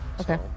Okay